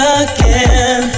again